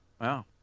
Wow